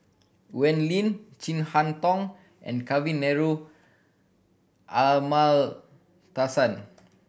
Wee Lin Chin Harn Tong and Kavignareru Amallathasan